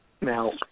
Now